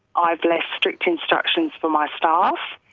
i have left strict instructions for my staff.